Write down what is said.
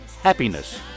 Happiness